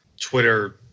Twitter